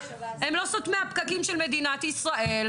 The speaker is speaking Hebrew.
הם לא סותמי הפקקים של מדינת ישראל,